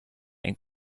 and